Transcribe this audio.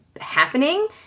happening